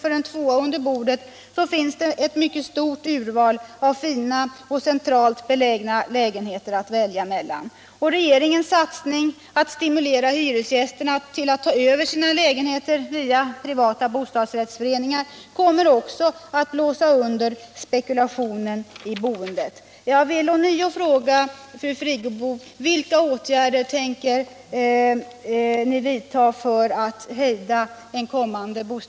för en tvåa under bordet så finns det ett mycket stort urval av fina och centralt belägna lägenheter att välja mellan. Och regeringens satsning att stimulera hyresgästerna till att ta över sina lägenheter via privata bostadsrättsföreningar kommer också att blåsa under spekulationen i boendet.